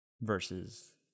Versus